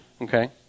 okay